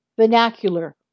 vernacular